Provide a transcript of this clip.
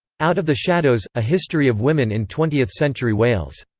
out of the shadows a history of women in twentieth-century wales.